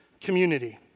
community